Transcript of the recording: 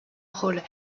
rôle